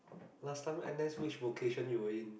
last time n_s which vocation you were in